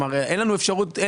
ואין לנו אפשרות,